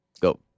Go